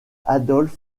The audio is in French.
adolf